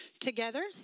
together